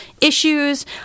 issues